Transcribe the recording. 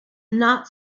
not